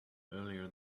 earlier